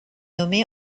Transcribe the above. nommé